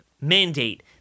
mandate